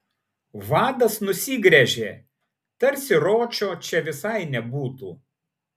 vadas nusigręžė tarsi ročo čia visai nebūtų